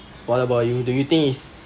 what about you do you think is